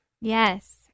Yes